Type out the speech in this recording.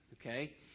Okay